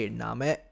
name